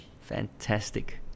Fantastic